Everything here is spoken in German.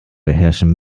beherrschen